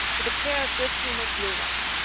with a pair of good-humoured blue ones.